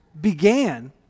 began